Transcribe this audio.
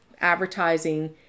Advertising